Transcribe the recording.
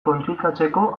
kontsultatzeko